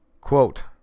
Quote